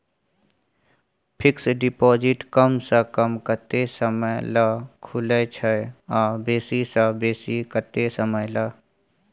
Fixed deposit कम स कम कत्ते समय ल खुले छै आ बेसी स बेसी केत्ते समय ल?